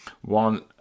One